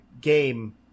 game